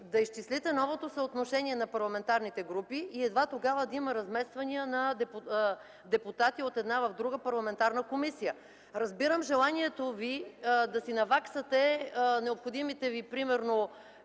да изчислите новото съотношение на парламентарните групи и едва тогава да има размествания на депутати от една в друга парламентарна комисия. Разбирам желанието ви да си наваксате необходимите ви примерно